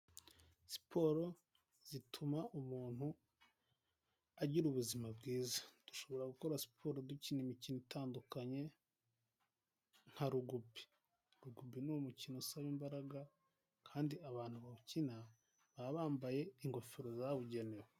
Siporo zituma umuntu agira ubuzima bwiza, dushobora gukora siporo dukina imikino itandukanye nka rugubi, rugubi ni umukino usaba imbaraga kandi abantu bawukina baba bambaye ingofero zabugenewe.